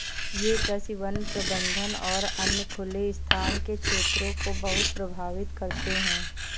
ये कृषि, वन प्रबंधन और अन्य खुले स्थान के क्षेत्रों को बहुत प्रभावित करते हैं